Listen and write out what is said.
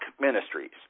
Ministries